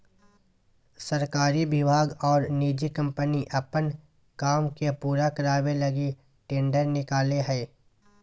सरकारी विभाग और निजी कम्पनी अपन काम के पूरा करावे लगी टेंडर निकालो हइ